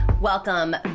Welcome